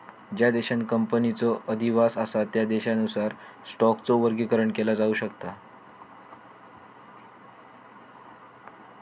ज्या देशांत कंपनीचो अधिवास असा त्या देशानुसार स्टॉकचो वर्गीकरण केला जाऊ शकता